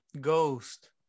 ghost